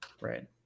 Right